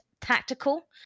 Tactical